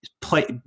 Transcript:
play